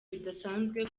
bidasanzwe